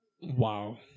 Wow